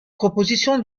propositions